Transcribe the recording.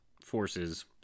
forces